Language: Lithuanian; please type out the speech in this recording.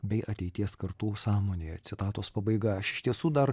bei ateities kartų sąmonėje citatos pabaiga aš iš tiesų dar